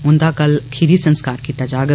उन्दा कल खीरी संस्कार कीता जाग